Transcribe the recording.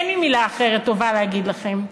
אין לי מילה אחרת טובה להגיד לכם,